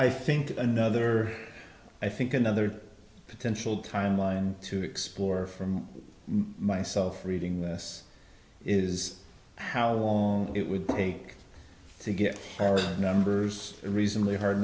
i think another i think another potential timeline to explore from myself reading this is how long it would take to get our numbers reasonably hard